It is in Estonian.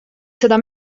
seda